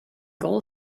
goal